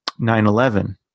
9-11